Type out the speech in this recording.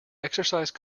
exercise